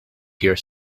here